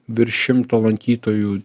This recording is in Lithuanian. virš šimto lankytojų